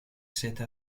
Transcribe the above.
cette